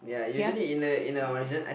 ya